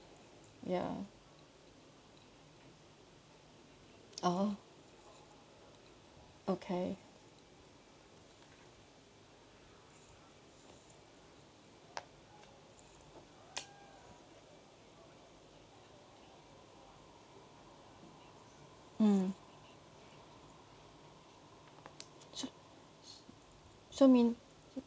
ya oh okay mm s~ so mean